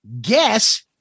guess